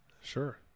Sure